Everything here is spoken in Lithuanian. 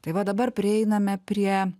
tai va dabar prieiname prie